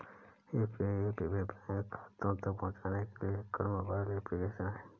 UPI app विभिन्न bank खातों तक पहुँचने के लिए एकल मोबाइल एप्लिकेशन है